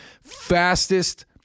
fastest